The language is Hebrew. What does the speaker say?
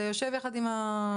זה יושב יחד עם האוצר.